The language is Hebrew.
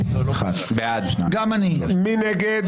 מי נגד?